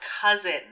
Cousin